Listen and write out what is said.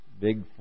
Big